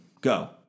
go